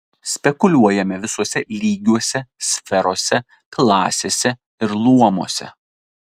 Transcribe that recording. spekuliuojame visuose lygiuose sferose klasėse ir luomuose